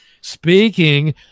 speaking